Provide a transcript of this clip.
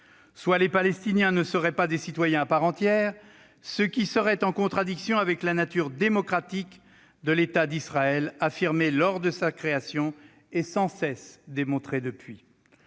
soit les Palestiniens ne seraient pas des citoyens à part entière, ce qui serait en contradiction avec la nature démocratique de l'État d'Israël affirmée lors de sa création et sans cesse démontrée depuis.